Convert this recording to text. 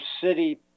city